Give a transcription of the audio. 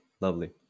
lovely